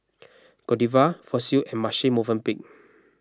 Godiva Fossil and Marche Movenpick